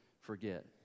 forget